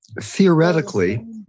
theoretically